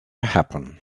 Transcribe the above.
happen